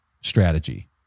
strategy